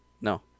No